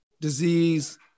disease